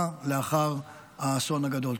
ובברכה לאחר האסון הגדול.